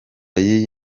y’iyi